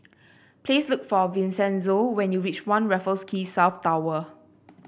please look for Vincenzo when you reach One Raffles Quay South Tower